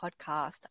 Podcast